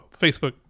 Facebook